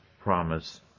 promise